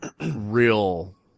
real